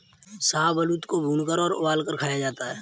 शाहबलूत को भूनकर और उबालकर खाया जाता है